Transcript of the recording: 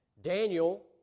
Daniel